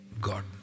God